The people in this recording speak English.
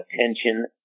attention